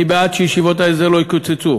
אני בעד שתקציבי ישיבות ההסדר לא יקוצצו,